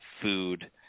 food